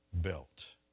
built